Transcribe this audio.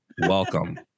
welcome